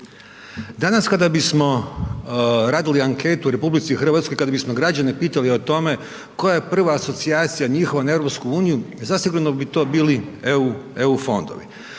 Danas kada bismo radili anketu u RH, kada bismo građane pitali o tome koja je prva asocijacija njihova na EU, zasigurno bi to bili EU fondovi.